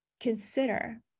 consider